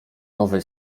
nowy